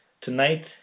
tonight